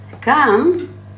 come